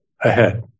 ahead